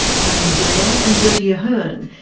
tony blair and bertie ahern,